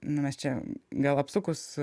nu mes čia gal apsukus